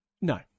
No